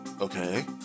Okay